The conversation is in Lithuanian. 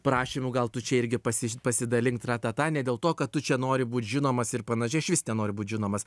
prašymų gal tu čia irgi pasiž pasidalink tratata ne dėl to kad tu čia nori būt žinomas ir panašiai išvis nenoriu būt žinomas